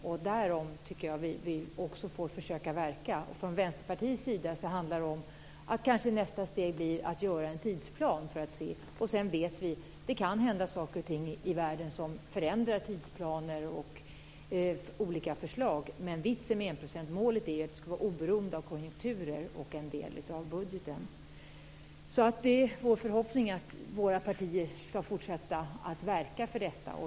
Det får vi försöka att verka för. Från Vänsterpartiets sida handlar det om att kanske nästa steg blir att göra en tidsplan. Vi vet att det kan hända saker och ting i världen som förändrar tidsplaner och olika förslag. Men vitsen med enprocentsmålet är att det ska vara oberoende av konjunkturer och en del av budgeten. Det är vår förhoppning att våra partier ska fortsätta att verka för detta.